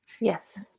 yes